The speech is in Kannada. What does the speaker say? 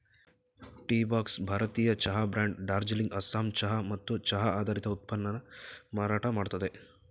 ಟೀಬಾಕ್ಸ್ ಭಾರತೀಯ ಚಹಾ ಬ್ರ್ಯಾಂಡ್ ಡಾರ್ಜಿಲಿಂಗ್ ಅಸ್ಸಾಂ ಚಹಾ ಮತ್ತು ಚಹಾ ಆಧಾರಿತ ಉತ್ಪನ್ನನ ಮಾರಾಟ ಮಾಡ್ತದೆ